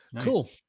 Cool